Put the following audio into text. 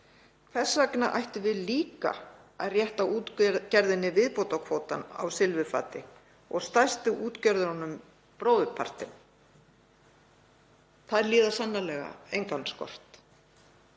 Hvers vegna ættum við líka að rétta útgerðinni viðbótarkvótann á silfurfati og stærstu útgerðunum bróðurpartinn? Þær líða sannarlega engan skort.